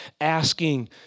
asking